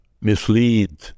mislead